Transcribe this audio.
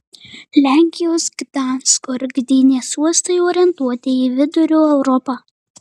lenkijos gdansko ir gdynės uostai orientuoti į vidurio europą